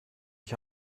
ich